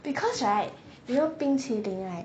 because right you know 冰淇淋 right